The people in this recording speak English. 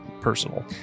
personal